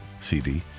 CD